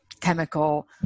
chemical